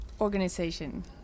Organization